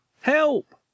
Help